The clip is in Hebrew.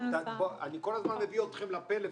אני כל הזמן מביא אתכם לפלאפון,